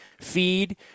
feed